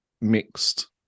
mixed